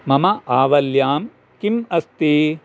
मम आवल्यां किम् अस्ति